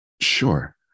sure